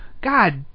God